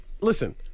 Listen